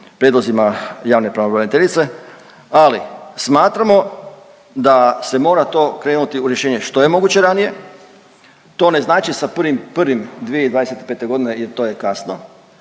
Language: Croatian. prijedlozima javne pravobraniteljice ali smatramo da se mora to krenuti u rješenje što je moguće ranije. To ne znači sa 1.01.2025. godine jer to je kasno.